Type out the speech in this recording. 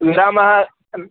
नाम